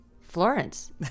Florence